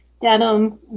Denim